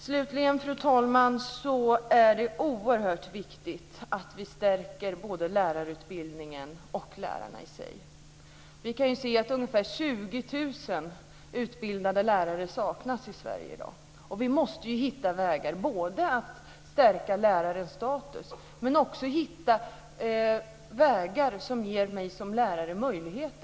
Slutligen, fru talman, är det oerhört viktigt att vi stärker både lärarutbildningen och lärarna i sig. Det saknas ungefär 20 000 utbildade lärare i Sverige i dag. Vi måste hitta vägar för att stärka lärarens status. Men vi måste också hitta vägar som ger mig som lärare möjligheter.